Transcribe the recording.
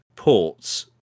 ports